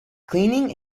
cleaning